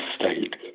state